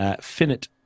finite